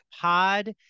Pod